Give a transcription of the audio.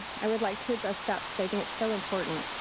i would like to address that because i think it's so important.